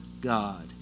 God